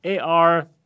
AR